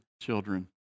children